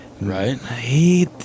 Right